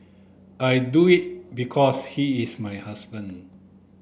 I do it because he is my husband